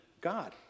God